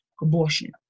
abortion